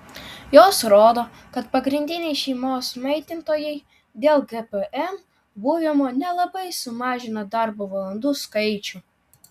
jos rodo kad pagrindiniai šeimos maitintojai dėl gpm buvimo nelabai sumažina darbo valandų skaičių